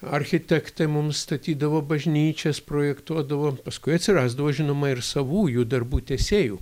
architektai mums statydavo bažnyčias projektuodavo paskui atsirasdavo žinoma ir savųjų darbų tęsėjų